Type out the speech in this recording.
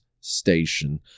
station